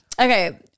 Okay